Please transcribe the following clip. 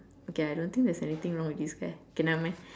okay I don't think there's anything wrong with this guy okay nevermind